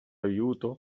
aiuto